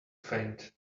faint